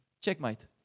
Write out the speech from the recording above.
Checkmate